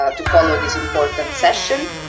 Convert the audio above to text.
um to follow this important session.